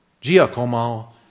Giacomo